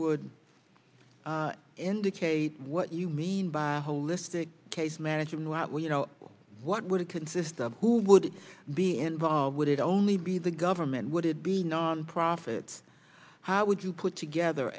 would indicate what you mean by holistic case management you know what would it consist of who would be involved would it only be the government would it be nonprofit how would you put together